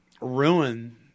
ruin